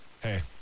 hey